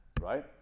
Right